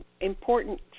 important